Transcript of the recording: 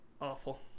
Awful